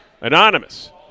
Anonymous